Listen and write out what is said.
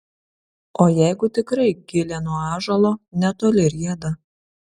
o jeigu tikrai gilė nuo ąžuolo netoli rieda